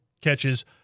catches